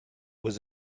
was